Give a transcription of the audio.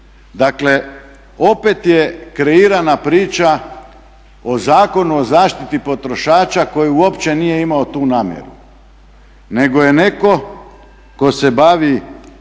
Dakle, opet je kreirana priča o Zakonu o zaštiti potrošača koji uopće nije imao tu namjeru nego je netko tko se bavi